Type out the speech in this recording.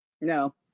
No